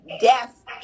death